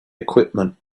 equipment